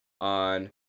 on